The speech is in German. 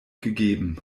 gegeben